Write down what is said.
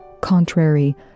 contrary